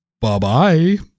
Bye-bye